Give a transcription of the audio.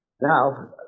Now